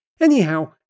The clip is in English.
Anyhow